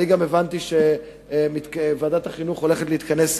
והבנתי גם שוועדת החינוך הולכת להתכנס לדיון,